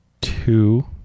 two